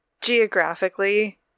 Geographically